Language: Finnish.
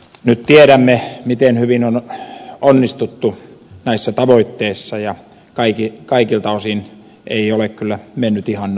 nyt tiedämme miten hyvin on onnistuttu näissä tavoitteissa ja kaikilta osin ei ole kyllä mennyt ihan nappiin